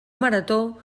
marató